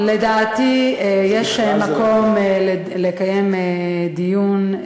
לדעתי יש מקום לקיים דיון.